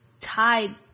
tied